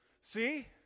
See